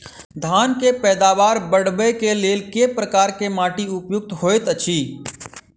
धान केँ पैदावार बढ़बई केँ लेल केँ प्रकार केँ माटि उपयुक्त होइत अछि?